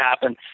happen